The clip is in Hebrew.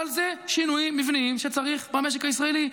אבל זה שינויים מבניים שצריך במשק הישראלי.